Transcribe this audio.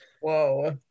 Whoa